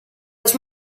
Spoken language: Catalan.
els